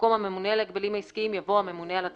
במקום "הממונה על הגבלים עסקיים" יבוא "הממונה על התחרות".